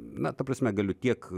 na ta prasme galiu tiek